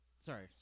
sorry